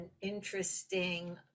interesting